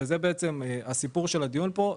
וזה הסיפור של הדיון פה,